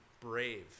brave